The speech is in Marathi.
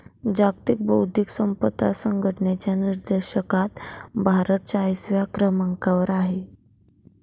जागतिक बौद्धिक संपदा संघटनेच्या निर्देशांकात भारत चाळीसव्या क्रमांकावर आहे